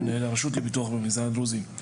מנהל הרשות לפיתוח במגזר הדרוזי.